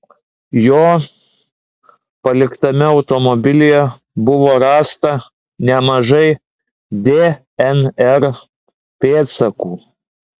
jo paliktame automobilyje buvo rasta nemažai dnr pėdsakų